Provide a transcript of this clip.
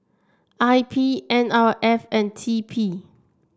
I P N R F and T P